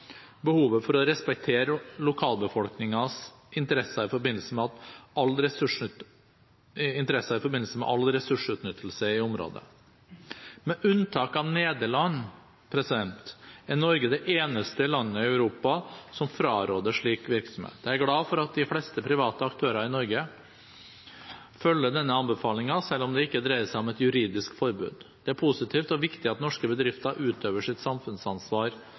behovet for å respektere lokalbefolkningens interesser i forbindelse med all ressursutnyttelse i området. Med unntak av Nederland er Norge det eneste landet i Europa som fraråder slik virksomhet. Jeg er glad for at de fleste private aktører i Norge følger denne anbefalingen, selv om det ikke dreier seg om et juridisk forbud. Det er positivt og viktig at norske bedrifter utøver sitt samfunnsansvar